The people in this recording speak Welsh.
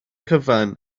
cyfan